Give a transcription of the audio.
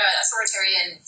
authoritarian